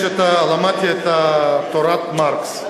למדתי את תורת מרקס.